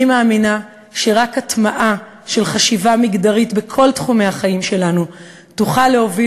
אני מאמינה שרק הטמעה של חשיבה מגדרית בכל תחומי החיים שלנו תוכל להוביל